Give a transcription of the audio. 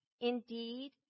Indeed